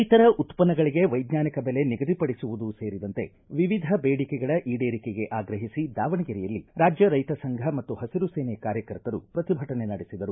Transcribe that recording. ರೈತರ ಉತ್ಪನ್ನಗಳಗೆ ವೈಜ್ಞಾನಿಕ ಬೆಲೆ ನಿಗದಿ ಪಡಿಸುವುದು ಸೇರಿದಂತೆ ವಿವಿಧ ಬೇಡಿಕೆಗಳ ಈಡೇರಿಕೆಗೆ ಆಗ್ರಹಿಸಿ ದಾವಣಗೆರೆಯಲ್ಲಿ ರಾಜ್ಯ ರೈತ ಸಂಘ ಮತ್ತು ಹುರು ಸೇನೆ ಕಾರ್ಯಕರ್ತರು ಪ್ರತಿಭಟನೆ ನಡೆಸಿದರು